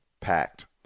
packed